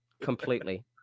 Completely